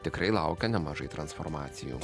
tikrai laukia nemažai transformacijų